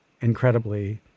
incredibly